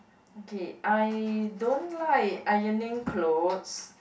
okay I don't like ironing clothes